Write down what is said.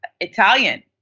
Italian